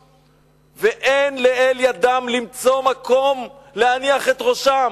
ואין לאל ידם למצוא מקום להניח את ראשם,